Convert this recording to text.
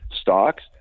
stocks